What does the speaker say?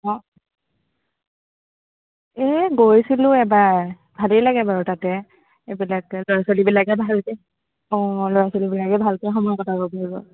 অঁ এই গৈছিলোঁ এবাৰ ভালেই লাগে বাৰু তাতে এইবিলাকে ল'ৰা ছোৱালীবিলাকে ভাল যে অঁ ল'ৰা ছোৱালীবিলাকে ভালকৈ সময় কটাব পাৰিব